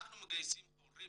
אנחנו מגייסים הורים